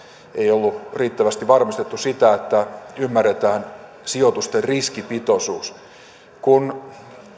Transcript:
ei ollut riittävästi varmistettu sitä että ymmärretään sijoitusten riskipitoisuus